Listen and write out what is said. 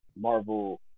Marvel